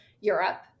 Europe